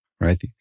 right